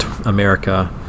America